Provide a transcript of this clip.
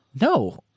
No